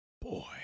Boy